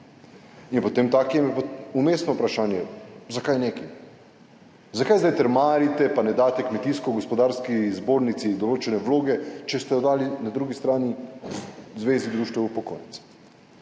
in potemtakem je vmesno vprašanje, zakaj nekaj, zakaj zdaj trmarite pa ne daste Kmetijsko-gospodarski zbornici določene vloge, če ste dali na drugi strani Zvezi društev upokojencev.